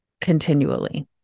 continually